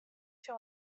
się